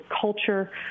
culture